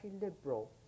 liberal